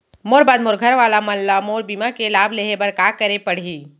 मोर बाद मोर घर वाला मन ला मोर बीमा के लाभ लेहे बर का करे पड़ही?